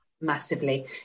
massively